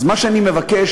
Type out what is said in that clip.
אז מה שאני מבקש,